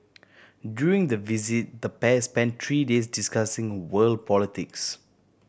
during the visit the pair spent three days discussing world politics